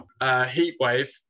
heatwave